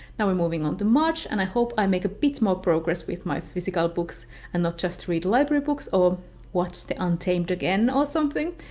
now we're moving on to march and i hope i make a bit more progress with my physical books and not just read library books, or watch the untamed again or something.